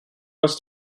was